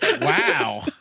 wow